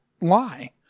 lie